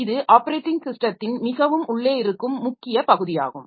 இது ஆப்பரேட்டிங் ஸிஸ்டத்தின் மிகவும் உள்ளே இருக்கும் முக்கிய பகுதியாகும்